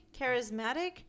charismatic